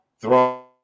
throw